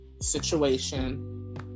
situation